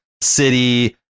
city